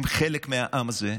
הם חלק מהעם הזה.